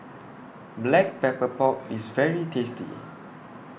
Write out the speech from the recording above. Black Pepper Pork IS very tasty